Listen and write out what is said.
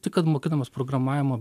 tai kad mokinamės programavimo